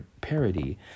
parody